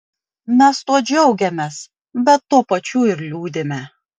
mes tuo džiaugiamės bet tuo pačiu ir liūdime